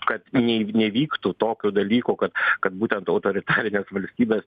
kad nei nevyktų tokio dalyko kad kad būtent autoritarinės valstybės